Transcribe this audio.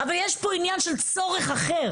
אבל יש פה עניין של צורך אחר.